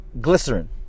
glycerin